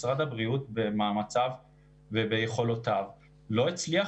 משרד הבריאות במאמציו וביכולותיו לא הצליח